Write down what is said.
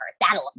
That'll